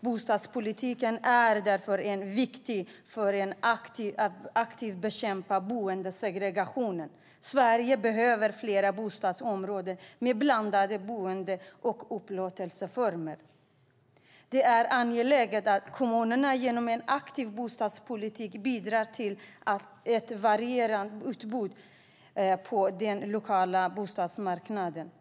Bostadspolitiken är därför viktig för att aktivt bekämpa boendesegregationen. Sverige behöver fler bostadsområden med blandade boende och upplåtelseformer. Det är angeläget att kommunerna genom en aktiv bostadspolitik bidrar till ett varierat utbud på de lokala bostadsmarknaderna.